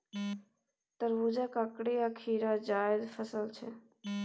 तरबुजा, ककरी आ खीरा जाएद फसल छै